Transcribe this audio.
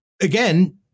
again